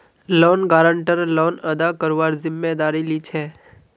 loan guarantor loan अदा करवार जिम्मेदारी लीछे